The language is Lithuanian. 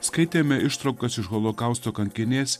skaitėme ištraukas iš holokausto kankinės